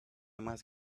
must